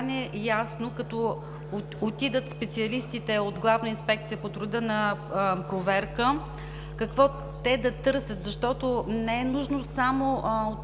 стане ясно, като отидат специалистите от „Главна инспекция по труда“ на проверка, какво да търсят, защото не е нужно само специалистите